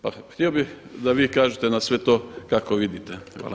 Pa htio bih da vi kažete na sve to kako vidite?